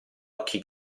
occhi